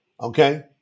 Okay